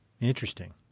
Interesting